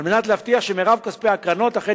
על מנת להבטיח שמירב כספי הקרנות אכן